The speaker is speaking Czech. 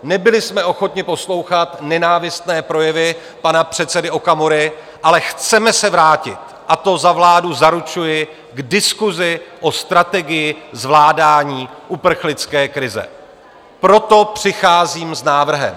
Nebyli jsme ochotni poslouchat nenávistné projevy pana předsedy Okamury, ale chceme se vrátit, a to za vládu zaručuji, k diskusi o strategii zvládání uprchlické krize, proto přicházím s návrhem.